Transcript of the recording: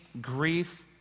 grief